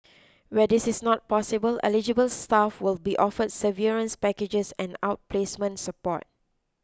where this is not possible eligible staff will be offered severance packages and outplacement support